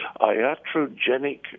iatrogenic